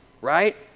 right